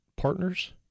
partners